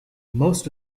most